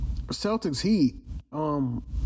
Celtics-Heat